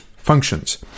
Functions